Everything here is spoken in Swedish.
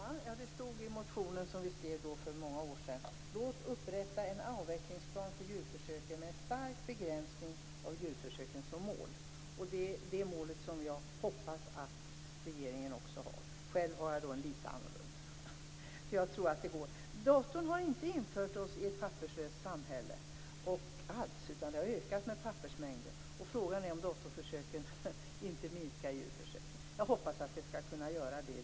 Fru talman! I motionen som vi skrev för många år sedan stod det: Låt upprätta en avvecklingsplan för djurförsöken med en stark begränsning av djurförsöken som mål. Det är det målet som jag hoppas att regeringen också har. Själv har jag ett litet annorlunda mål, eftersom jag tror att det går. Datorn har inte alls infört oss i ett papperslöst samhälle, utan pappersmängden har ökat. Frågan är om datorförsöken inte minskar djurförsöken. Jag hoppas att de skall kunna göra det.